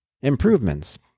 improvements